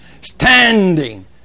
standing